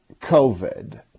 COVID